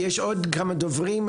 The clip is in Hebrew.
יש עוד כמה דברים,